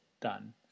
done